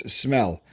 smell